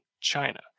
china